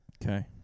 Okay